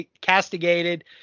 castigated